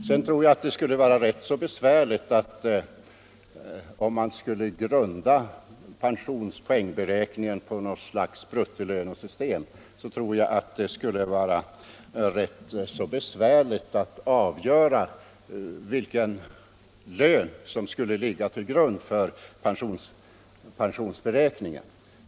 Sedan tror jag att det skulle vara rätt besvärligt — om man skulle grunda pensionspoängberäkningen på något slags bruttolönesystem — att avgöra vilken lön som skulle ligga till grund för pensionsberäkningen.